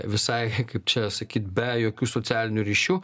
visai kaip čia sakyt be jokių socialinių ryšių